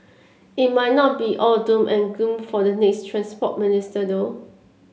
it might not be all doom and gloom for the next Transport Minister though